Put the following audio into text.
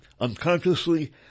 unconsciously